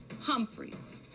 Humphreys